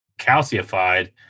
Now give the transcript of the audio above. calcified